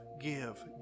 give